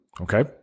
Okay